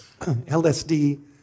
LSD